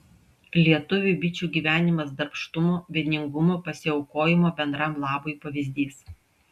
lietuviui bičių gyvenimas darbštumo vieningumo pasiaukojimo bendram labui pavyzdys